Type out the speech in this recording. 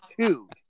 two